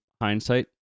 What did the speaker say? hindsight